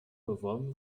beworben